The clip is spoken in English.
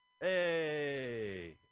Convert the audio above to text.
Hey